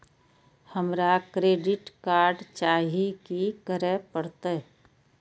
हमरा credit card चाही की करे परतै?